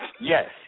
yes